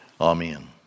amen